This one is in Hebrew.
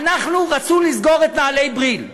רצו לסגור את נעלי "בריל"